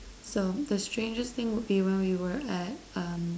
so the strangest thing would be when we were at uh